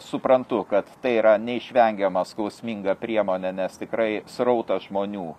suprantu kad tai yra neišvengiama skausminga priemonė nes tikrai srautas žmonių